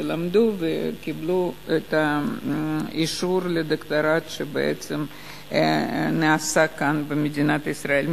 שלמדו וקיבלו את האישור לדוקטורט שבעצם נעשה פה במדינת ישראל.